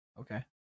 Okay